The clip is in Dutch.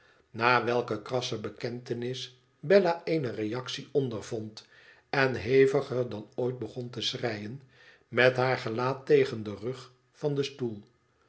na welke krasse bekentenis bella eene reactie ondervond en heviger dan ooit begon te schreien met haar gelaat tegen den rug van den stoel